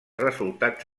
resultats